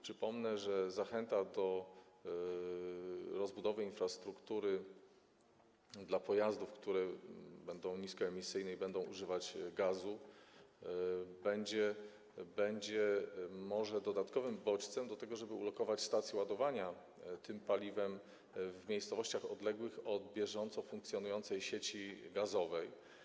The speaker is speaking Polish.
Przypomnę, że zachęta do rozbudowy infrastruktury dla pojazdów, które będą niskoemisyjne i będą używać gazu, będzie może dodatkowym bodźcem do tego, żeby ulokować stacje ładowania tym paliwem w miejscowościach odległych od bieżąco funkcjonującej sieci gazowej.